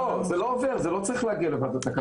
לא, זה לא עובר, זה לא צריך להגיע לוועדת הכלכלה.